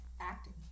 acting